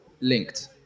linked